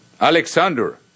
Alexander